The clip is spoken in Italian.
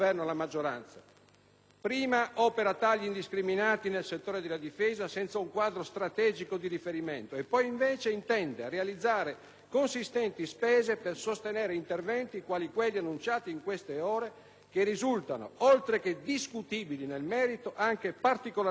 prima operano tagli indiscriminati nel settore della difesa senza un quadro strategico di riferimento e poi, invece, intendono realizzare consistenti spese per sostenere interventi quali quelli annunciati in queste ore, che risultano, oltre che discutibili nel merito, anche particolarmente costosi.